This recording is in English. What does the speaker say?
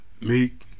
Meek